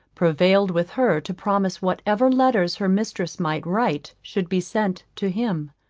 prevailed with her to promise whatever letters her mistress might write should be sent to him.